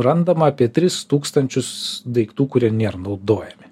randama apie tris tūkstančius daiktų kurie nėr naudojami